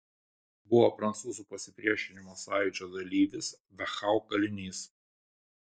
buvo prancūzų pasipriešinimo sąjūdžio dalyvis dachau kalinys